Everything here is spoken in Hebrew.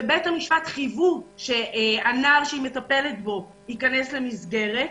שבבית המשפט חייבו שהנער שהיא מטפלת בו ייכנס למסגרת,